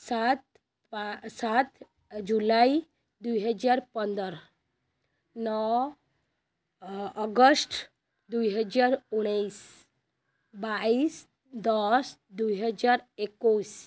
ସାତ ପା ସାତ ଜୁଲାଇ ଦୁଇ ହଜାର ପନ୍ଦର ନଅ ଅ ଅଗଷ୍ଟ ଦୁଇ ହଜାର ଉଣେଇଶ ବାଇଶ ଦଶ ଦୁଇ ହଜାର ଏକୋଇଶ